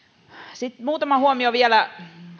sitten muutama huomio vielä